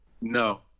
No